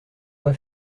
pas